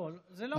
לא, זה לא מדויק.